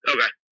Okay